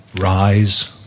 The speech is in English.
Rise